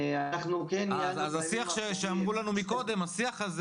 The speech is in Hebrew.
אנחנו כן --- אז השי שאמרו לנו מקודם השיח הזה